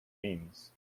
means